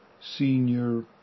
senior